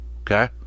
okay